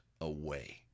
away